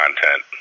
content